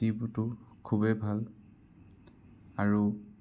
T ভিটো খুবেই ভাল আৰু